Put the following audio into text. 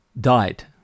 died